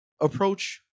approach